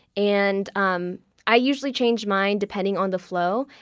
and um i usually change mine, depending on the flow,